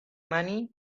money